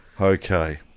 Okay